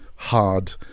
Hard